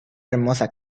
hermosa